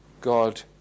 God